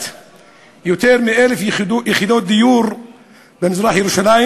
יותר מ-1,000 יחידות דיור במזרח-ירושלים